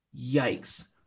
yikes